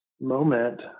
moment